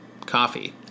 coffee